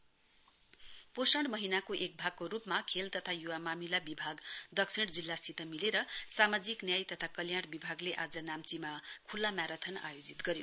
open marathon पोषण महीनाको एक भागको रुपमा केल तथा युवा मामिला विभाग दक्षिण जिल्ला सित मिलेर सामाजिक न्याय तथा कल्याण विभागले आज नाम्चीमा खुल्ला म्याराथन आयोजित गर्यो